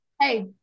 Hey